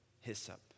hyssop